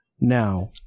now